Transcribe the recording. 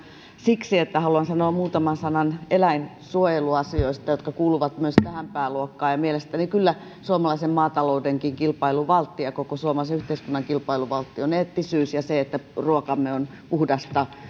siksi että haluan sanoa muutaman sanan eläinsuojeluasioista jotka kuuluvat myös tähän pääluokkaan mielestäni kyllä suomalaisen maataloudenkin kilpailuvaltti ja koko suomalaisen yhteiskunnan kilpailuvaltti on eettisyys ja se että ruokamme on puhdasta